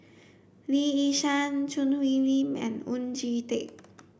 Lee Yi Shyan Choo Hwee Lim and Oon Jin Teik